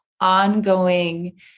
ongoing